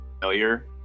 failure